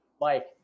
Mike